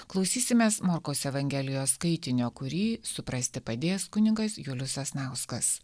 klausysimės morkaus evangelijos skaitinio kurį suprasti padės kunigas julius sasnauskas